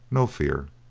no fear.